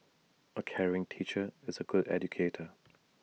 A caring teacher is A good educator